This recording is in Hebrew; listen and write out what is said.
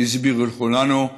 הסביר לכולנו,